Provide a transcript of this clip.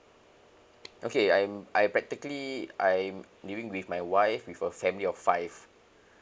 okay I'm I practically I'm living with my wife with a family of five